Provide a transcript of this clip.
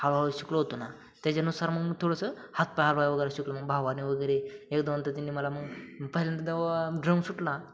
हळू हळू शिकलो होतो ना त्याच्यानुसार मग मी थोडंसं हातपाय हलवले वगैरे शिकलो मग भावाने वगैरे एक दोन तर त्यांनी मला मग पहिल्यांदा ड्रम सुटला